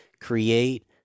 create